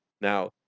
Now